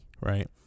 Right